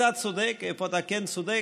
אתה צודק, איפה אתה כן צודק?